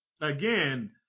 again